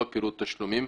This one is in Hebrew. לא לפירוט תשלומים,